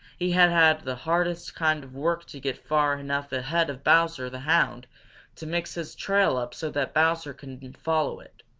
he had had the hardest kind of work to get far enough ahead of bowser the hound to mix his trail up so that bowser couldn't follow it.